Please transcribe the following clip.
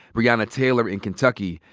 breonna taylor in kentucky,